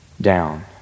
down